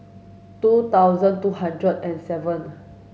two thousand two hundred and seven